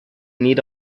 need